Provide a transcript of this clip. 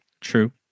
True